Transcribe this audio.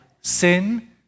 sin